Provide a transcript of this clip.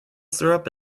syrup